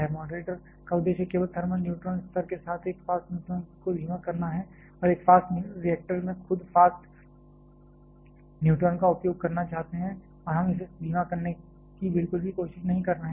moderator का उद्देश्य केवल थर्मल न्यूट्रॉन स्तर के साथ एक फास्ट न्यूट्रॉन को धीमा करना है और एक फास्ट रिएक्टर में हम खुद फास्ट न्यूट्रॉन का उपयोग करना चाहते हैं और हम इसे धीमा करने की बिल्कुल भी कोशिश नहीं कर रहे हैं